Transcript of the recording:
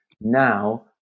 now